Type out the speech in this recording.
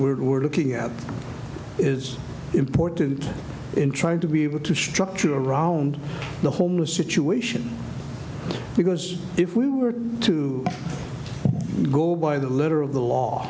t we're looking at is important in trying to be able to structure around the homeless situation because if we were to go by the letter of the law